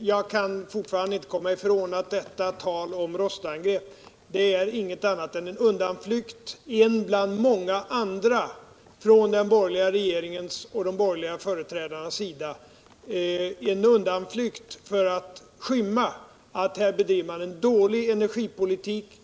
Jag kan fortfarande inte komma ifrån att deta tal om rostangrepp inte är någonting annat än cn undanflykt, en bland många andra, från den borgerliga regeringens och de borgerliga företrädarnas sida. Det är en undanflykt för att skymma bort det faktum att man bedriver en dålig energipolitik.